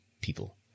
people